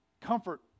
Comfort